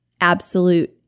absolute